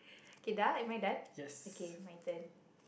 K do~ am I done okay my turn